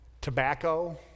tobacco